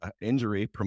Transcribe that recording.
injury